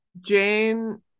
Jane